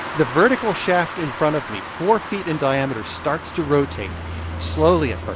the vertical shaft in front of me, four feet in diameter, starts to rotate slowly at first,